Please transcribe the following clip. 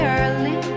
early